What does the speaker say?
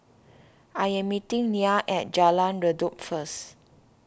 I am meeting Nia at Jalan Redop first